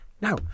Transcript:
now